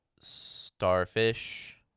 Starfish